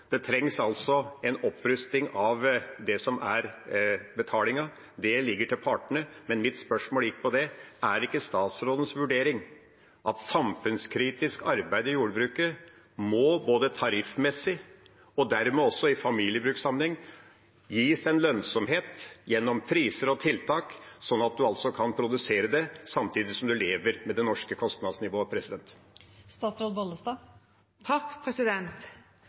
Det trengs altså en opprustning av betalingen. Det ligger til partene, men mitt spørsmål gikk på dette: Er det ikke statsrådens vurdering at samfunnskritisk arbeid i jordbruket må, både tariffmessig og dermed også i familiebrukssammenheng, gis en lønnsomhet, gjennom priser og tiltak, som gjør at en kan produsere samtidig som en lever med det norske kostnadsnivået?